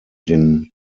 den